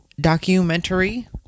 documentary